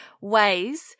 ways